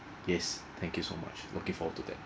yes thank you so much looking forward to that